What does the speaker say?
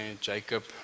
Jacob